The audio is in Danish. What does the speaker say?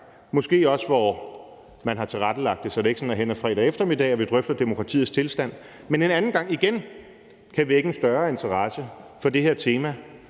måske hvor man har tilrettelagt det sådan, at det ikke er hen ad fredag eftermiddag, at vi drøfter demokratiets tilstand, igen kan vække en større interesse for det her tema,